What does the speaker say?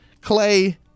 Clay